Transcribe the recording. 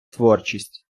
творчість